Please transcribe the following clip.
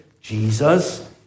Jesus